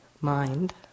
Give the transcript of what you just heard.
mind